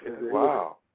wow